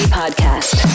podcast